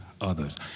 others